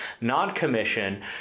non-commission